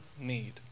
need